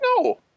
No